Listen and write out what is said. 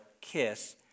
kiss